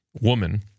woman